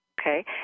okay